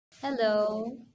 Hello